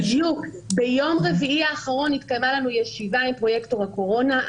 ביום רביעי האחרון התקיימה ישיבה שלנו עם פרויקטור הקורונה.